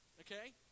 Okay